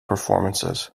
performances